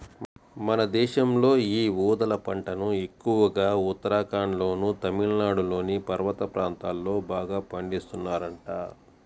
మన దేశంలో యీ ఊదల పంటను ఎక్కువగా ఉత్తరాఖండ్లోనూ, తమిళనాడులోని పర్వత ప్రాంతాల్లో బాగా పండిత్తన్నారంట